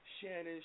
Shannon